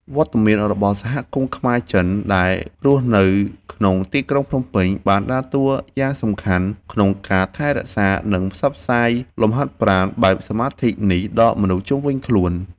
វត្តមានរបស់សហគមន៍ខ្មែរ-ចិនដែលរស់នៅក្នុងទីក្រុងភ្នំពេញ បានដើរតួយ៉ាងសំខាន់ក្នុងការថែរក្សា និងផ្សព្វផ្សាយលំហាត់ប្រាណបែបសមាធិនេះដល់មនុស្សជុំវិញខ្លួន។